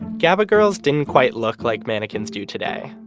gaba girls didn't quite look like mannequins do today.